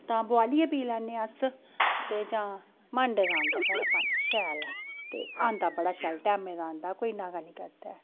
तां बुआलियै पी लैनेआं अस ते जां मांडे दा आंदा साढ़ै पानी ते आंदा शैल ऐ बढ़ा शैल टैमे दा आंदा कोई नागा निं करदा